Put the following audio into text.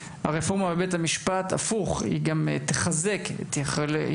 הרפורמה תעשה את ההפך במערכת החינוך ותחזק את יכולת